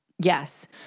Yes